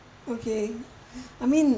okay I mean